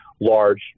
large